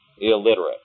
illiterate